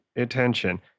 attention